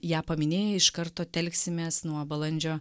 ją paminėję iš karto telksimės nuo balandžio